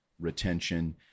retention